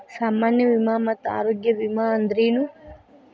ಸಾಮಾನ್ಯ ವಿಮಾ ಮತ್ತ ಆರೋಗ್ಯ ವಿಮಾ ಅಂದ್ರೇನು?